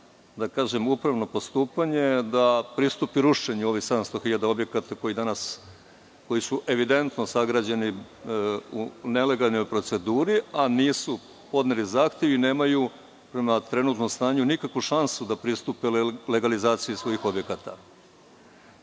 ni kroz upravno postupanje, da pristupi rušenju ovih 700.000 objekata koji su evidentno sagrađeni u nelegalnoj proceduri, a nisu podneli zahtev i nemaju prema trenutnom stanju nikakvu šansu da pristupe legalizaciji svojih objekata. Oni